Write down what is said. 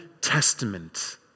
Testament